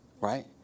right